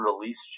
released